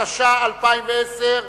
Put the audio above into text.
התש"ע 2010,